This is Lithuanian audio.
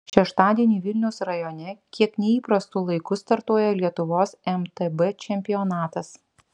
šeštadienį vilniaus rajone kiek neįprastu laiku startuoja lietuvos mtb čempionatas